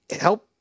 help